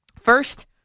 First